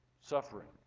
suffering